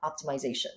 optimization